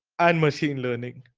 and machine learning.